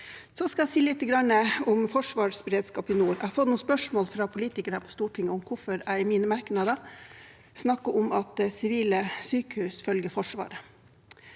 Jeg skal si litt om forsvarsberedskap i nord. Jeg har fått noen spørsmål fra politikere på Stortinget om hvorfor jeg i mine merknader snakker om at sivile sykehus følger Forsvaret.